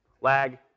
lag